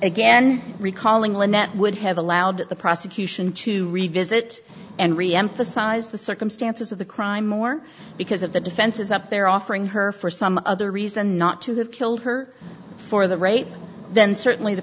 again recalling lynette would have allowed the prosecution to revisit and reemphasize the circumstances of the crime more because of the defenses up there offering her for some other reason not to have killed her for the rape then certainly the